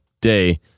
day